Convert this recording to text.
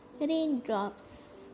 raindrops